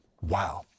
Wow